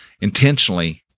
intentionally